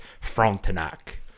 Frontenac